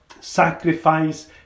sacrifice